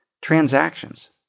transactions